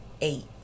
eight